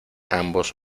ambos